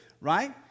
right